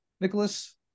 Nicholas